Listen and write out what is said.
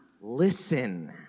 listen